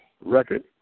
record